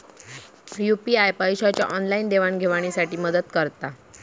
UPI पैशाच्या online देवाणघेवाणी साठी मदत करता